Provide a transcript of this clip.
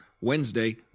Wednesday